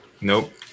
Nope